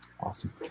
Awesome